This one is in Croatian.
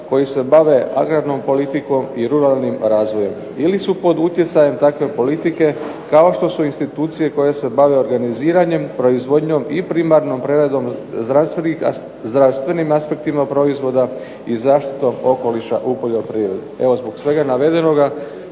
koji se bave agrarnom politikom i ruralnim razvojem. Ili su pod utjecajem takve politike kao što su institucije koje se bave organiziranjem, proizvodnjom i primarnom preradom, zdravstvenim aspektima proizvoda i zaštitom okoliša u poljoprivredi. Evo zbog svega navedenoga